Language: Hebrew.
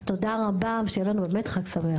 אז תודה רבה ושיהיה לנו באמת חג שמח.